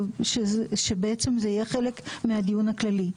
שבעצם זה יהיה חלק מהדיון הכללי.